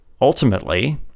ultimately